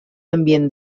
ambient